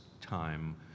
time